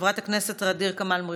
חברת הכנסת ע'דיר כמאל מריח,